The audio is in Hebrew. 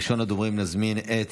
ראשון הדוברים, נזמין את